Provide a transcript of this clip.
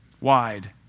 Wide